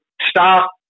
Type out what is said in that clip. stop